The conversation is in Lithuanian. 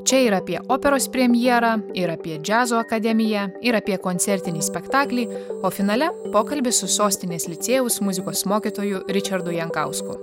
čia ir apie operos premjerą ir apie džiazo akademiją ir apie koncertinį spektaklį o finale pokalbis su sostinės licėjaus muzikos mokytoju ričardu jankausku